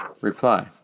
Reply